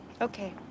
Okay